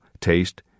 taste